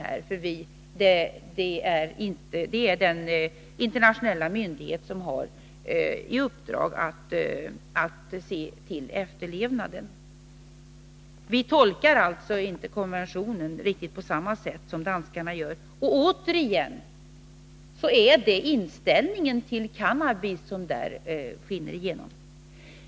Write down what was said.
Det finns ett internationellt organ som har i uppdrag att se till efterlevnaden. Vi tolkar alltså inte konventionen på riktigt samma sätt som danskarna gör. Återigen är det inställningen till cannabis som där skiner igenom.